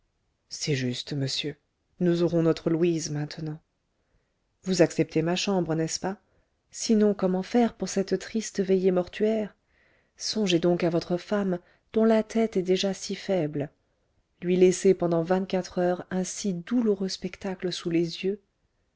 c'est juste monsieur nous aurons notre louise maintenant vous acceptez ma chambre n'est-ce pas sinon comment faire pour cette triste veillée mortuaire songez donc à votre femme dont la tête est déjà si faible lui laisser pendant vingt-quatre heures un si douloureux spectacle sous les yeux